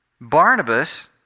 Barnabas